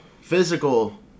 physical